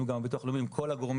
גם עם ביטוח לאומי עם כל הגורמים.